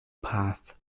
path